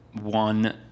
One